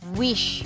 wish